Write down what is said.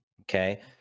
Okay